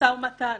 משא ומתן.